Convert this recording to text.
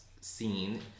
scene